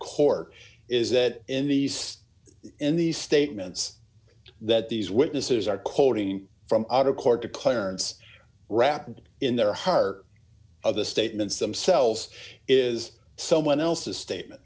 court is that in these in these statements that these witnesses are quoting from out of court to clarence wrap and in their heart of the statements themselves is someone else a statement